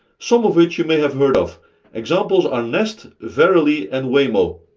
some of which you may have heard of examples are nest, verily and waymo.